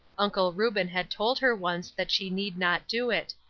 uncle reuben had told her once that she need not do it,